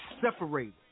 separated